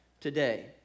today